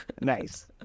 Nice